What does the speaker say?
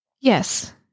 Yes